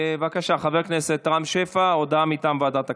בבקשה, חבר הכנסת רם שפע, הודעה מטעם ועדת הכנסת.